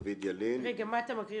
דוד ילין --- מה אתה מקריא,